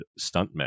stuntmen